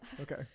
Okay